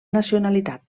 nacionalitat